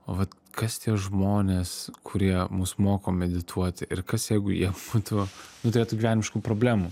vat kas tie žmonės kurie mus moko medituoti ir kas jeigu jie būtų nu turėtų gyvenimiškų problemų